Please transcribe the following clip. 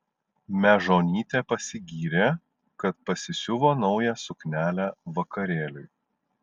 mežonytė pasigyrė kad pasisiuvo naują suknelę vakarėliui